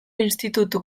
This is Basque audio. institutu